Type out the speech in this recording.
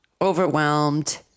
overwhelmed